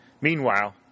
Meanwhile